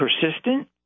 persistent